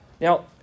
Now